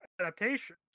adaptation